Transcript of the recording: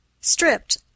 stripped